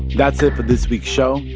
that's it for this week's show.